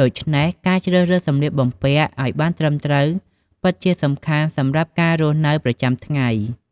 ដូច្នេះការជ្រើសរើសសម្លៀកបំពាក់ឱ្យបានត្រឹមត្រូវពិតជាសំខាន់សម្រាប់ការរស់នៅប្រចាំថ្ងៃ។